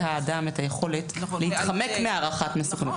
האדם את היכולת להתחמק מהערכת מסוכנות.